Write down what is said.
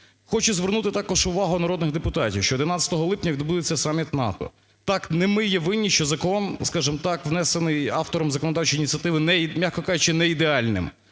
Хочу звернути також увагу народних депутатів, що 11 липня відбудеться саміт НАТО. Так, не ми є винні, що закон, скажем так, внесений автором законодавчої ініціативи, не є… м'яко кажучи, не ідеальним.